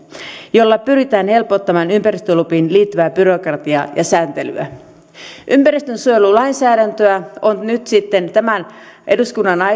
jolla pyritään helpottamaan ympäristölupiin liittyvää byrokratiaa ja sääntelyä ympäristönsuojelulainsäädäntöä on nyt sitten tämän eduskunnan